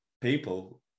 people